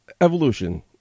evolution